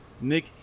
Nick